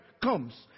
comes